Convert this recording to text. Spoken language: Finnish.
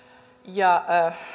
ja